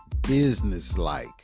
businesslike